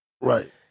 right